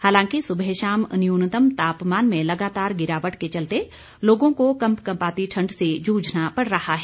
हालांकि सुबह शाम न्यूनतम तापमान में लगातार गिरावट के चलते लोगों को कंपकंपाती ठंड से जूझना पड़ रहा है